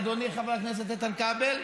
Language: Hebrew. אדוני חבר הכנסת איתן כבל?